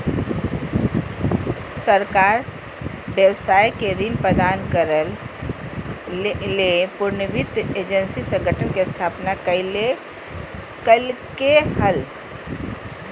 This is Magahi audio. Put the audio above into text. सरकार व्यवसाय के ऋण प्रदान करय ले पुनर्वित्त एजेंसी संगठन के स्थापना कइलके हल